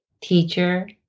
teacher